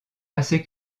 assez